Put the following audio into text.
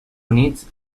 units